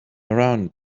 around